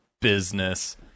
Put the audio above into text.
business